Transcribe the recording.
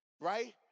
Right